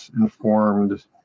informed